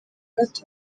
gato